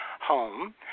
home